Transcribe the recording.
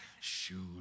Shoot